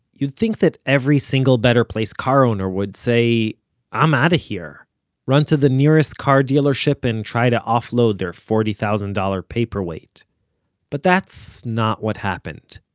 you'd think that every single better place car owner would say i'm out of here run to the nearest car dealership, and try to offload their forty thousand dollars paperweight but that's not what happened.